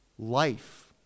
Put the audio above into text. Life